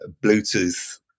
Bluetooth